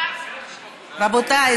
רבותיי,